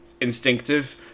instinctive